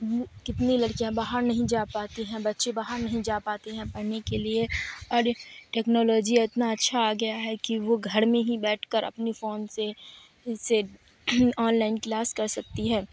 کتنی لڑکیاں باہر نہیں جا پاتی ہیں بچے باہر نہیں جا پاتے ہیں پڑھنے کے لیے اور ٹیکنالوجی اتنا اچھا آ گیا ہے کہ وہ گھڑ میں ہی بیٹھ کر اپنی فون سے سے آن لائن کلاس کر سکتی ہے